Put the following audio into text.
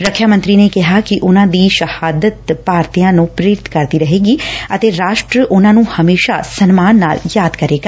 ਰੱਖਿਆ ਮੰਤਰੀ ਨੇ ਕਿਹਾ ਕਿ ਉਨ੍ਹਾਂ ਦੀ ਸ਼ਹਾਦਤ ਭਾਰਤੀਆਂ ਨੂੰ ਪ੍ਰੇਰਿਤ ਕਰਦੀ ਰਹੇਗੀ ਅਤੇ ਰਾਸ਼ਟਰ ਉਨ੍ਹਾਂ ਨੂੰ ਹਮੇਸ਼ਾ ਸਨਮਾਨ ਨਾਲ ਯਾਦ ਕਰੇਗਾ